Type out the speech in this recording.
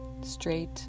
straight